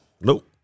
Nope